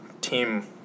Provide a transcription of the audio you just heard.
team